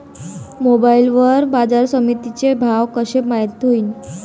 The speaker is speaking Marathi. मोबाईल वर बाजारसमिती चे भाव कशे माईत होईन?